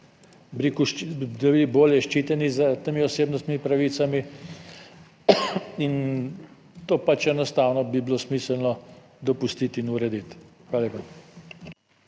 da bi bolje zaščiteni s temi osebnostnimi pravicami in to pač enostavno bi bilo smiselno dopustiti in urediti. Hvala lepa.